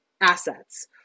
assets